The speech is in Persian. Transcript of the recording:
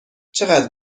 چقدر